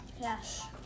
Yes